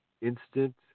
instant